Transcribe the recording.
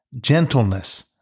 gentleness